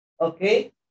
okay